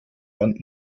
wand